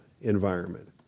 environment